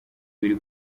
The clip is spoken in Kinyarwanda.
biri